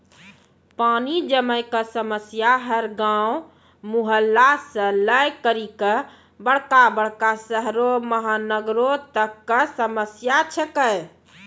पानी जमै कॅ समस्या हर गांव, मुहल्ला सॅ लै करिकॅ बड़का बड़का शहरो महानगरों तक कॅ समस्या छै के